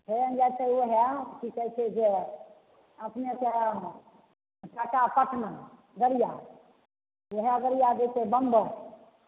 train जाइ छै इएह कि कहै छै जे अपनेके हइ टाटा पटना गाड़िया ओहए गाड़िया जेतै बम्बई